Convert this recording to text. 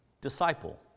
disciple